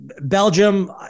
Belgium